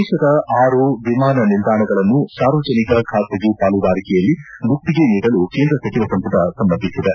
ದೇಶದ ಆರು ವಿಮಾನ ನಿಲ್ಲಾಣಗಳನ್ನು ಸಾರ್ವಜನಿಕ ಖಾಸಗಿ ಪಾಲುದಾರಿಕೆಯಲ್ಲಿ ಗುತ್ತಿಗೆ ನೀಡಲು ಕೇಂದ್ರ ಸಚಿವ ಸಂಪುಟ ಸಮ್ಮತಿಸಿದೆ